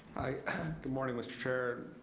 good morning, mr. chair,